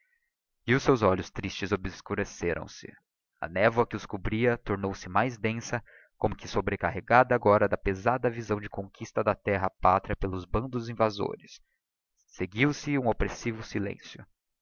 e os seus olhos tristes obscureceram se a névoa que os cobria tornou-se mais densa como que sobrecarregada agora da pesada visão da conquista da terra pátria pelos bandos invasores seguiu-se um oppressivo silencio